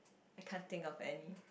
I can't think of any